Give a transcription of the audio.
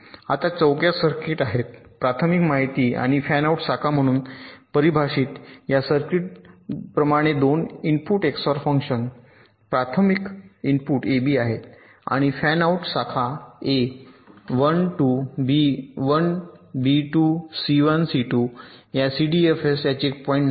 आता चौक्या सर्किट आहेत प्राथमिक माहिती आणि फॅनआउट शाखा म्हणून परिभाषित या सर्किट प्रमाणे 2 इनपुट एक्सओआर फंक्शन प्राथमिक इनपुट एबी आहेत आणि फॅनआउट शाखा A 1 2 B 1 B 2 C 1 C 2 या सीडीईएफ या चेकपॉइंट्स नाहीत